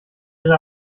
ihre